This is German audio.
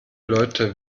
leute